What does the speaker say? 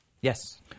Yes